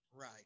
right